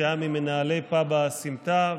שהיה ממנהלי הפאב סימטא,